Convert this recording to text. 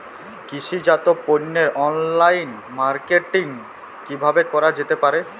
কৃষিজাত পণ্যের online marketing কিভাবে করা যেতে পারে?